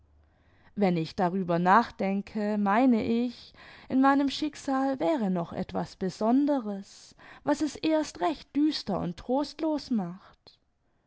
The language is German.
wenn ich darüber nachdenke meine ich in meinem schicksal wäre noch etwas besonderes was es erst recht düster und trostlos macht